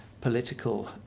political